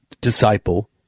disciple